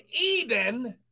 Eden